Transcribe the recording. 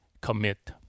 commit